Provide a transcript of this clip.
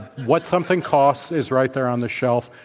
what something costs is right there on the shelf.